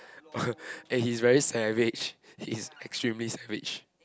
and he's very savage he is extremely savage